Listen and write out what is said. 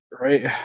Right